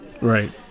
Right